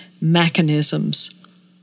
mechanisms